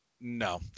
no